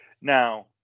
now